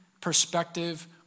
perspective